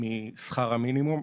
משכר המינימום.